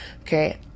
okay